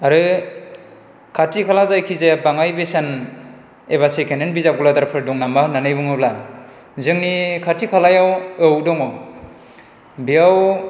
आरो खाथि खाला जायखिजाया बाङाय बेसेन एबा सेकेन्ड हेन्द बिजाब गलादारफोर दं नामा होननानै बुङोब्ला जोंनि खाथि खालायाव औ दङ बेयाव